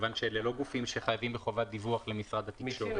מכיוון שאלה לא גופים שחייבים חובת דיווח למשרד התקשורת.